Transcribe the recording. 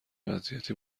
وضعیتی